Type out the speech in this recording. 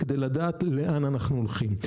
על מנת לדעת לאן אנחנו הולכים.